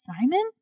Simon